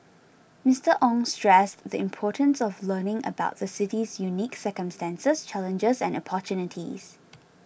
Mister Ong stressed the importance of learning about the city's unique circumstances challenges and opportunities